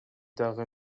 дагы